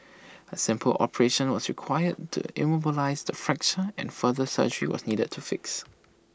A simple operation was required to immobilise the fracture and further surgery was needed to fix